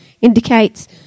indicates